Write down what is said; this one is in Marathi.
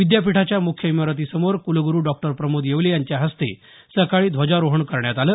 विद्यापीठाच्या मुख्य इमारतीसमोर कुलगुरू डॉ प्रमोद येवले यांच्या हस्ते सकाळी ध्वजारोहण करण्यात आलं